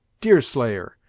deerslayer!